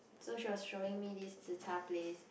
so she was showing me this Zi-char place